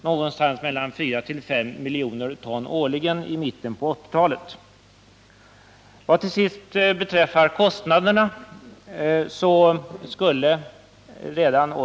Det kan röra sig om fyra å fem miljoner ton årligen i mitten på 1980-talet.